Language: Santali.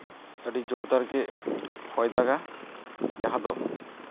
ᱟᱹᱰᱤ ᱡᱳᱨᱫᱟᱨᱜᱮ ᱦᱚᱭ ᱫᱟᱜᱟ ᱡᱟᱦᱟᱸ ᱫᱚ